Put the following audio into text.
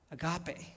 Agape